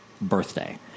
birthday